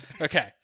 Okay